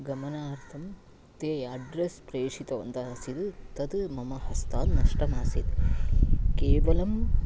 गमनार्थं ते अड्रेस् प्रेषितवन्तः आसीत् तद् मम हस्तात् नष्टमासीत् केवलम्